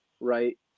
right